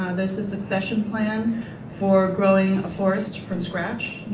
there's the succession plan for growing a forest from scratch.